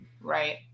Right